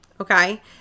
okay